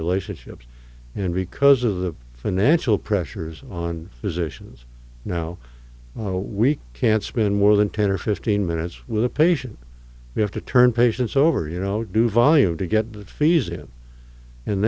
relationships and because of the financial pressures on physicians now we can't spend more than ten or fifteen minutes with a patient we have to turn patients over you know do volume to get the fees in and